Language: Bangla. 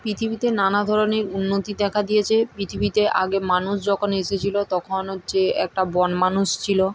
পৃথিবীতে নানা ধরনের উন্নতি দেখা গিয়েছে পৃথিবীতে আগে মানুষ যখন এসেছিল তখন হচ্ছে একটা বনমানুষ ছিল